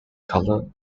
color